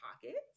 pockets